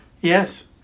Yes